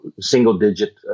single-digit